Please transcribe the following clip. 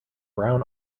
brown